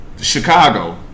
Chicago